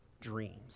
dreams